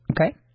okay